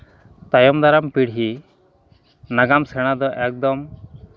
ᱛᱟᱭᱚᱢ ᱫᱟᱨᱟᱢ ᱯᱤᱲᱦᱤ ᱱᱟᱜᱟᱢ ᱥᱮᱲᱟ ᱫᱚ ᱮᱠᱫᱚᱢ